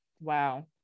Wow